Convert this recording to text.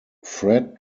fred